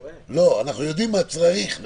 לא, אנחנו יודעים מה צריך.